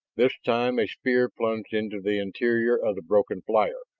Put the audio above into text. this time a spear plunged into the interior of the broken flyer.